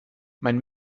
mein